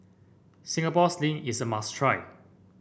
Singapore Sling is a must try